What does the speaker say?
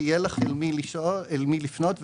שיהיה לך אל מי לפנות,